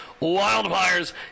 Wildfires